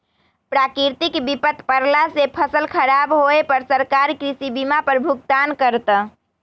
प्राकृतिक विपत परला से फसल खराब होय पर सरकार कृषि बीमा पर भुगतान करत